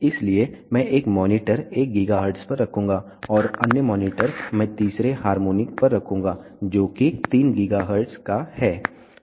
इसलिए मैं एक मॉनिटर 1 GHz पर रखूंगा और अन्य मॉनिटर मैं तीसरे हार्मोनिक पर रखूंगा जो कि 3 GHz का है